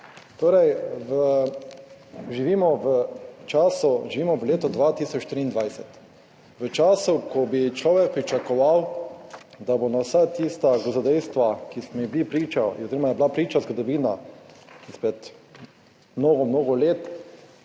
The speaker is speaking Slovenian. času, živimo v letu 2023, v času, ko bi človek pričakoval, da bo na vsa tista grozodejstva, ki smo ji bili priča oziroma je bila priča zgodovina izpred mnogo,